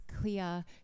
clear